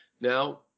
Now